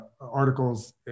articles